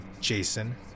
Jason